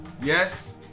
yes